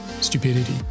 stupidity